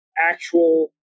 actual